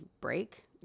break